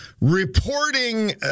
reporting